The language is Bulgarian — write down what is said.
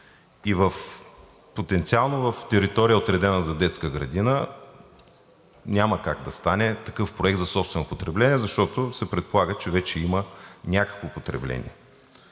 Потенциално в територия, отредена за детска градина, няма как да стане такъв проект за собствено потребление, защото се предполага, че вече има някакво потребление.